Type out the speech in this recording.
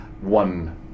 one